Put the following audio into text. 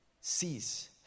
sees